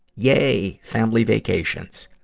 yay, family vacations!